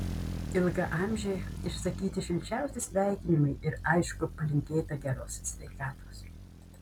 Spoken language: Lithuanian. ilgaamžei išsakyti šilčiausi sveikinimai ir aišku palinkėta geros sveikatos